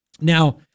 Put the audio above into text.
Now